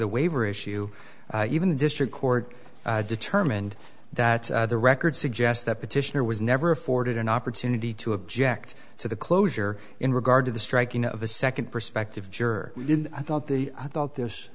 the waiver issue even the district court determined that the record suggests that petitioner was never afforded an opportunity to object to the closure in regard to the striking of a second perspective juror i thought the i thought this